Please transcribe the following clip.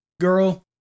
girl